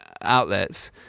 outlets